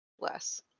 less